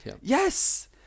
Yes